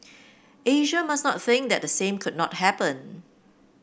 Asia must not think that the same could not happen